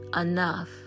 enough